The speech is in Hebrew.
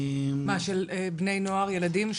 מה של בני נוער, ילדים,